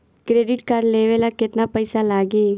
Credit card लेवे ला केतना पइसा लागी?